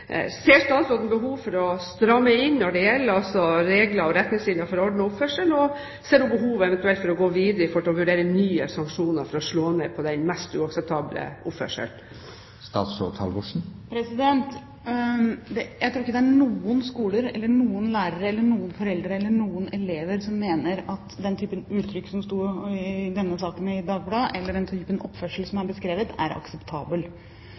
Ser statsråden behov for å stramme inn når det gjelder regler og retningslinjer for orden og oppførsel? Ser hun behovet for eventuelt å gå videre med tanke på å vurdere nye sanksjoner for å slå ned på den mest uakseptable oppførselen? Jeg tror ikke det er noen skoler, noen lærere, noen foreldre eller noen elever som mener at den typen uttrykk som det sto om i Dagbladet, eller den typen oppførsel som er beskrevet, er akseptabel.